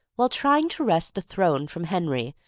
while trying to wrest the throne from henry,